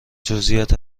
جزییات